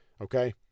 okay